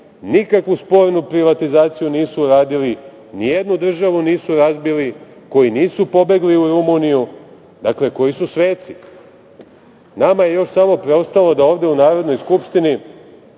nikakvu spornu privatizaciju nisu uradili, nijednu državu nisu razbili, koji nisu pobegli u Rumuniju, dakle, koji su sveci. Nama je još samo preostalo da ovde u Narodnoj skupštini